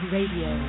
Radio